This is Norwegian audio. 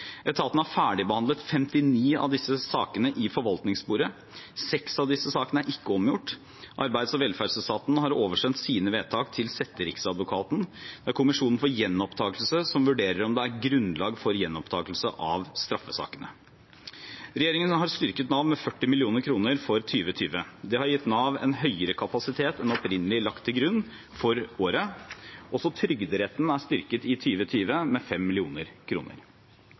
har ferdigbehandlet 59 av disse sakene i forvaltningssporet. Seks av disse sakene er ikke omgjort. Arbeids- og velferdsetaten har oversendt sine vedtak til setteriksadvokaten. Det er Kommisjonen for gjenopptakelse av straffesaker som vurderer om det er grunnlag for gjenopptakelse av straffesakene. Regjeringen har styrket Nav med 40 mill. kr for 2020. Det har gitt Nav en høyere kapasitet enn opprinnelig lagt til grunn for året. Også Trygderetten er styrket i 2020, med